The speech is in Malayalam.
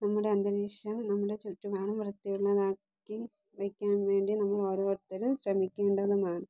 നമ്മുടെ അന്തരീക്ഷം നമ്മുടെ ചുറ്റുപാടും വൃത്തിയുള്ളതാക്കി വയ്ക്കാൻ വേണ്ടി നമ്മൾ ഓരോരുത്തരും ശ്രമിക്കേണ്ടതുമാണ്